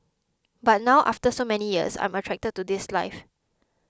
but now after so many years I'm attracted to this life